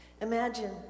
Imagine